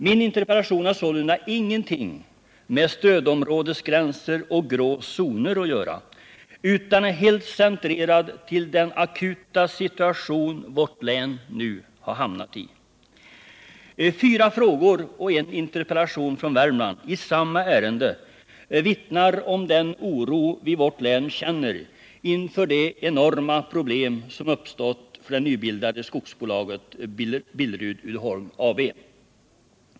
Min interpellation har sålunda ingenting med stödområdesgränser och grå zoner att göra utan är helt centrerad till den akuta situation vårt län nu har hamnat i. Fyra frågor och en interpellation från Värmland i samma ärende vittnar om den oro vi i vårt län känner inför de enorma problem som uppstått för det nybildade skogsbolaget Billerud-Uddeholm AB.